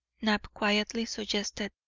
knapp quietly suggested.